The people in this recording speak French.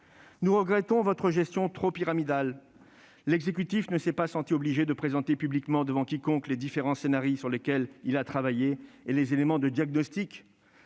Nous regrettons votre gestion trop pyramidale. L'exécutif ne s'est pas senti obligé de présenter publiquement devant quiconque les différents scenarii sur lesquels il a travaillé. Les éléments de diagnostic